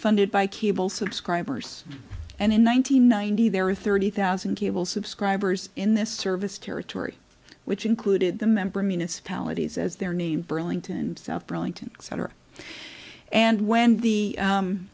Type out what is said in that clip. funded by cable subscribers and in one nine hundred ninety there are thirty thousand cable subscribers in this service territory which included the member municipalities as their name burlington south burlington center and when the